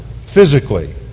physically